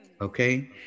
Okay